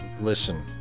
listen